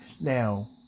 Now